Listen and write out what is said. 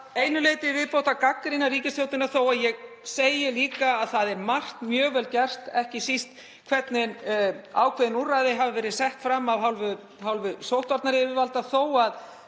einu leyti í viðbót að gagnrýna ríkisstjórnina þótt ég segi líka að margt er mjög vel gert, ekki síst hvernig ákveðin úrræði hafa verið sett fram af hálfu sóttvarnayfirvalda þó að